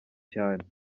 cyane